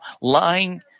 lying